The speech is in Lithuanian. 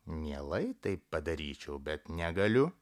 mielai tai padaryčiau bet negaliu